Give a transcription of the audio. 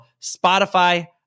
Spotify